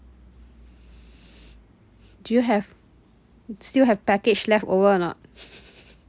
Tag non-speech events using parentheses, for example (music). do you have still have package leftover or not (laughs)